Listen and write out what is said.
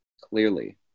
Clearly